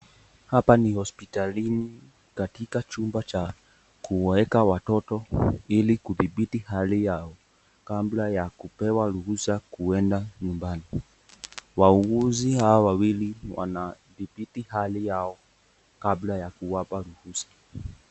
Hapa ni hospitalini katika chumba cha kuwaweka watoto ili kudhibiti hali yao kabla ya kupewa ruhusa kwenda nyumbani. Wauguzi hawa wawili wanadhibiti hali yao kabla ya kuwapa ruhusa.